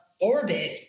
orbit